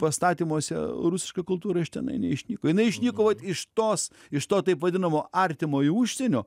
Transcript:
pastatymuose rusiška kultūra iš tenai neišnyko jinai išnyko vat iš tos iš to taip vadinamo artimojo užsienio